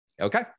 Okay